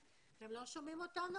אף אחד לא אמר להם מה יהיה איתם,